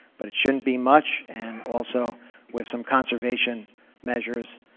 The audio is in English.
but it shouldn't be much, and also with some conservation measures,